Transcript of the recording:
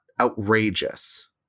outrageous